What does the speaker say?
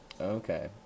Okay